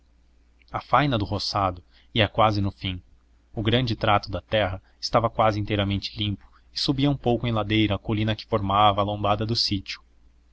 a faina do roçado ia quase no fim o grande trato da terra estava quase inteiramente limpo e subia um pouco em ladeira a colina que formava a lombada do sítio